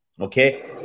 Okay